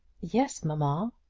yes, mamma.